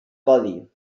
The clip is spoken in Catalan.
codi